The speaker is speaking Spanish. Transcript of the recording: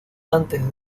antes